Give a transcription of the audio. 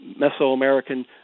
Mesoamerican